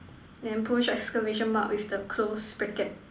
then push exclamation mark with the close bracket